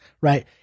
right